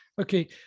Okay